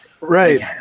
right